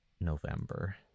November